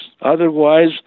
Otherwise